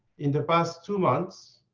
in the past two months,